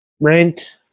rent